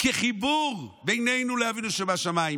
כחיבור בינינו לבין אבינו שבשמיים.